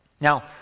Now